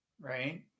Right